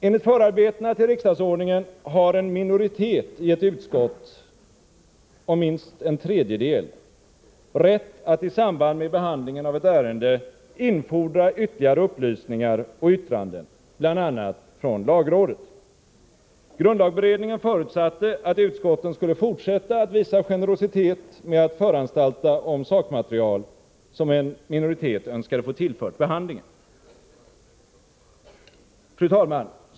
Enligt förarbetena till riksdagsordningen har en minoritet i ett utskott om minst en tredjedel rätt att isamband med behandlingen av ett ärende infordra ytterligare upplysningar och yttranden, bl.a. från lagrådet. Grundlagberedningen förutsatte att utskotten skulle fortsätta att visa generositet med att föranstalta om sakmaterial, som en minoritet önskade få tillfört behandlingen. Fru talman!